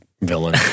villain